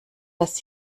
das